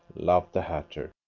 laughed the hatter.